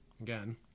again